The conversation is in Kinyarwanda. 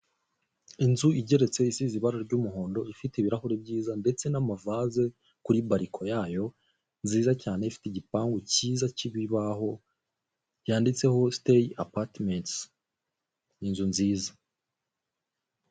Inzu igeretse isize ibara ry'umuhondo ifite ibirahuri byiza ndetse n'amavase, kuri bariko yayo nziza cyane ifite igipangu cyiza cy'ibibaho byanditseho siteyi apatimentizi inzu nziza.